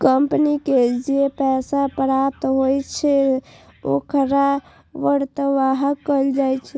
company के जे पैसा प्राप्त होइ छै, ओखरा अंतर्वाह कहल जाइ छै